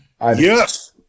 Yes